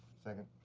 second.